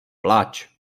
plač